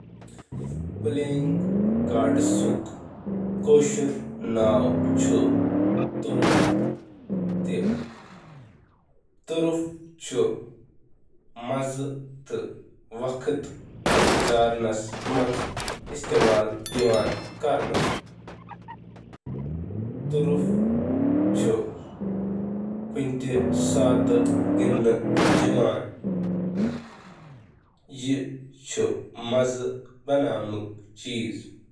کشمیٖری زبانہِ منٛز گِنٛدنٕکہِ کارڈَن ہُنٛد مطلب چھُ تُروٗف۔ تُروٗف چُھ وقت گُزارنہٕ تہٕ نقل و حرکتُک لُطُف تُلنہٕ خٲطرٕ گِنٛدنہٕ یِوان۔